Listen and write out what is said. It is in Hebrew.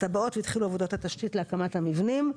הטבעות, התחילו עבודת התשתית להקמת המבנים.